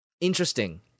interesting